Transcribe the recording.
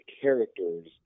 characters